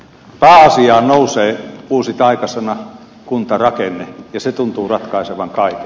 pääasiaan nousee uusi taikasana kuntarakenne ja se tuntuu ratkaisevan kaiken